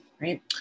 Right